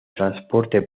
transporte